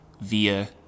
via